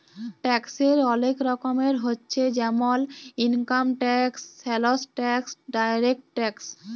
ট্যাক্সের ওলেক রকমের হচ্যে জেমল income tax, sales tax, direct tax